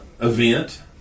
event